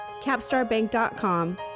capstarbank.com